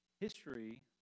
history